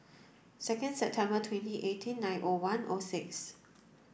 second September twenty eighteen nine O one O six